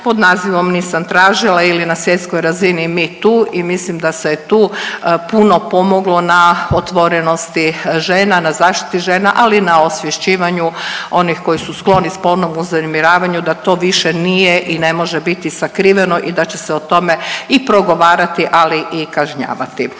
pod nazivom Nisam tražila ili na svjetskoj razini Me too i mislim da se je tu puno pomoglo na otvorenosti žena, na zaštiti žena, ali i na osvješćivanju onih koji su skloni spolnom uznemiravanju da to više nije i ne može biti sakriveno i da će se o tome i progovarati, ali i kažnjavati.